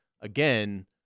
Again